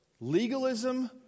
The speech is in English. legalism